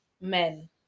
men